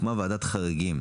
הוקמה ועדת חריגים,